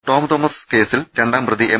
Tom Thomas കേസിൽ രണ്ടാം പ്രതി എം